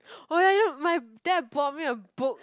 oh ya you know my dad bought me a book